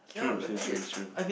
true that's true that's true